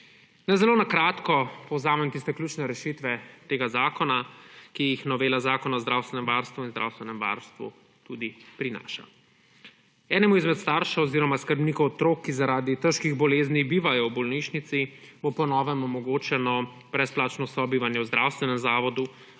Naj zelo na kratko povzamem ključne rešitve tega zakona, ki jih novela Zakona o zdravstvenem varstvu in zdravstvenem zavarovanju prinaša. Enemu izmed staršev oziroma skrbnikov otrok, ki zaradi težkih bolezni bivajo v bolnišnici, bo po novem omogočeno brezplačno sobivanje v zdravstvenem zavodu